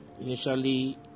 Initially